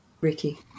Ricky